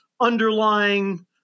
underlying